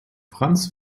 franz